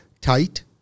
tight